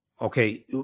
Okay